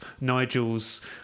Nigel's